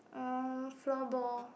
um floorball